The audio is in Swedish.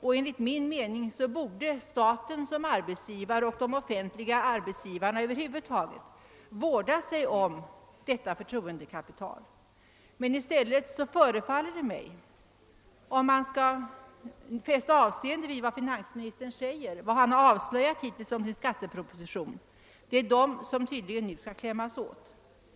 och enligt min mening borde staten som arbetsgivare och de offentliga arbetsgivarna över huvud taget vårda sig om detta kapital. Men i stället förefaller det mig, om man skall kunna lita på vad finansministern hittills avslöjat om sin skatteproposition, som om det är denna grupp som nu skall klämmas åt.